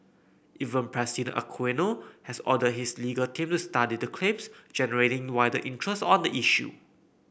even President Aquino has ordered his legal team to study the claims generating wider interest on the issue